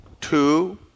two